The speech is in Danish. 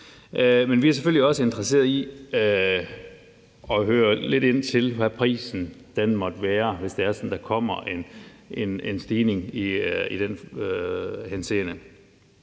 Men vi er selvfølgelig også interesseret i at høre lidt ind til, hvad prisen måtte være, hvis det er sådan, at der kommer en stigning i den henseende.